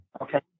Okay